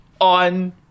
on –